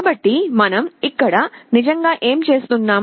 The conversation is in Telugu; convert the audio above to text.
కాబట్టి మనం ఇక్కడ నిజంగా ఏమి చేస్తున్నాం